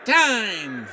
time